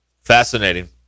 Fascinating